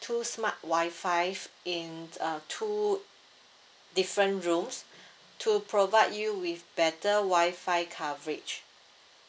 two smart Wi-Fi in uh two different rooms to provide you with better Wi-Fi coverage